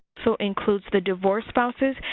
so includes the divorced spouses.